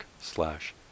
slash